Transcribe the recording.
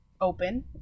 open